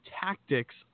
tactics